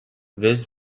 viz